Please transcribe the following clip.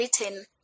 written